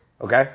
Okay